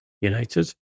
United